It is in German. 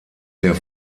der